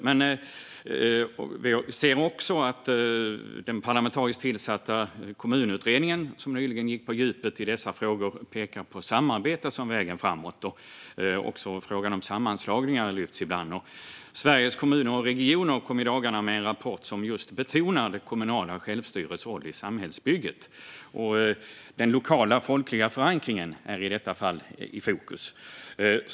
Men vi ser att den parlamentariskt tillsatta Kommunutredningen, som nyligen gick på djupet i dessa frågor, pekar på samarbete som vägen framåt. Också frågan om sammanslagningar lyfts fram ibland. Sveriges Kommuner och Regioner kom i dagarna med en rapport som betonar just det kommunala självstyrets roll i samhällsbygget. Den lokala folkliga förankringen är i detta fall i fokus.